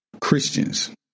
Christians